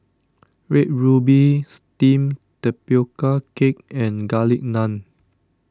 Red Ruby Steamed Tapioca Cake and Garlic Naan